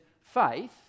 Faith